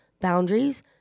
boundaries